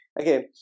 Okay